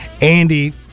andy